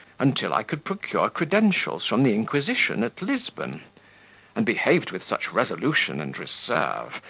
until i could procure credentials from the inquisition at lisbon and behaved with such resolution and reserve,